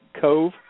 Cove